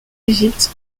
égypte